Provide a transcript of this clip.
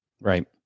Right